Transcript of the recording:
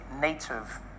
Native